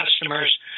customers